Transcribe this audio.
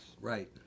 Right